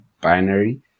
binary